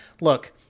look